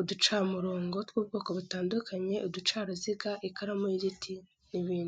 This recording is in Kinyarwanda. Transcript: uducamurongo tw'ubwoko butandukanye, uducaruziga, ikaramu y'igiti n'ibindi.